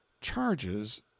charges